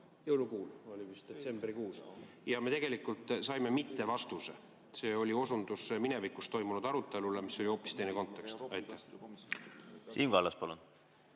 ja me tegelikult saime mitte-vastuse. See oli osundus minevikus toimunud arutelule, mis oli hoopis teine kontekst. Siim Kallas, palun!